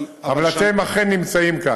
אבל, אבל אתם אכן נמצאים כאן.